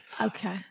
Okay